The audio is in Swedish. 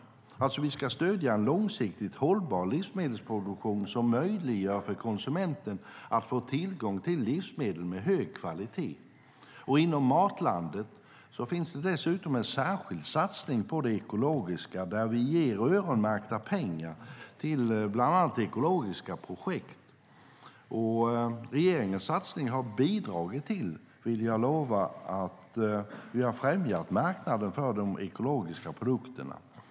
Vi ska alltså stödja en långsiktigt hållbar livsmedelsproduktion som möjliggör för konsumenten att få tillgång till livsmedel med hög kvalitet. Inom Matlandet Sverige finns dessutom en särskild satsning på det ekologiska, där vi ger öronmärkta pengar till bland annat ekologiska projekt. Regeringens satsning har, vill jag lova, bidragit till att vi främjat marknaden för de ekologiska produkterna.